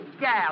gal